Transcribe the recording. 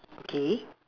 okay